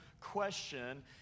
question